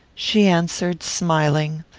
she answered, smiling,